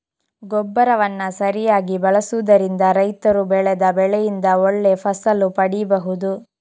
ಗೊಬ್ಬರವನ್ನ ಸರಿಯಾಗಿ ಬಳಸುದರಿಂದ ರೈತರು ಬೆಳೆದ ಬೆಳೆಯಿಂದ ಒಳ್ಳೆ ಫಸಲು ಪಡೀಬಹುದು